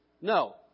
No